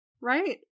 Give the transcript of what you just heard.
right